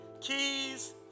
Keys